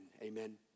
Amen